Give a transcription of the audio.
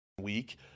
week